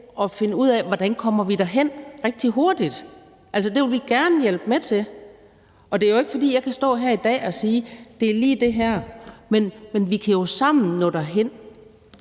at finde ud af, hvordan vi kommer derhen rigtig hurtigt – altså, det vil vi gerne hjælpe med til. Det er jo ikke, fordi jeg kan stå her i dag og sige, at det lige er det her, men vi kan jo sammen nå derhen.